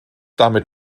damit